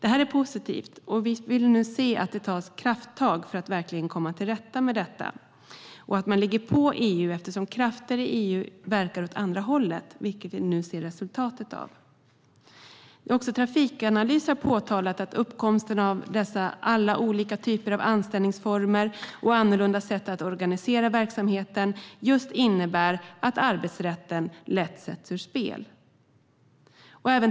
Nu vill vi se att det tas krafttag för att verkligen komma till rätta med detta och att man ligger på EU eftersom krafter i EU verkar åt andra hållet, vilket vi ser resultatet av. Trafikanalys har påtalat att uppkomsten av alla olika typer av anställningsformer och annorlunda sätt att organisera verksamheten just innebär att arbetsrätten lätt sätts ur spel.